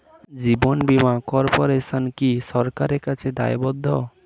জীবন বীমা কর্পোরেশন কি সরকারের কাছে দায়বদ্ধ?